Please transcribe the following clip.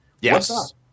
Yes